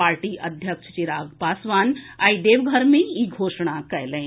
party अध्यक्ष चिराग पासवान आई देवघर मे इ घोषणा कयलनि